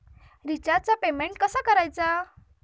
रिचार्जचा पेमेंट कसा करायचा?